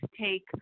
take